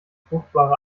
fruchtbare